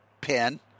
pen